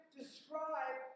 describe